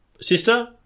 sister